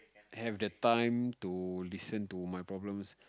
have the time to listen to my problems